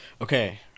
Okay